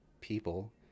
people